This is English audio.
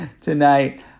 tonight